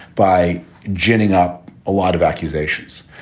by ginning up a lot of accusations,